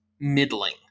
middling